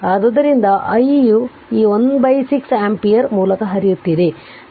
ಆದ್ದರಿಂದ i ಈ 16 ampere ಮೂಲಕ ಹರಿಯುತ್ತಿದೆ